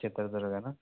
ಚಿತ್ರದುರ್ಗನ